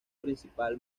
principal